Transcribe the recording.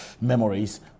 memories